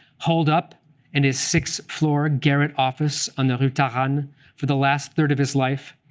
holed up in his sixth-floor garret office on the rue taranne for the last third of his life,